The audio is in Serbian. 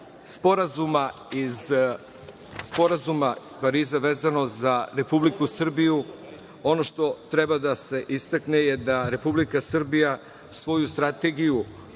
Sporazuma iz Pariza, vezano za Republiku Srbiju, ono što treba da se istakne je da se Republika Srbija svoju strategiju